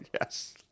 Yes